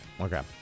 Okay